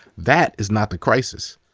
that is not the crisis.